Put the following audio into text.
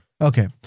Okay